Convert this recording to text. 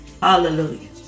Hallelujah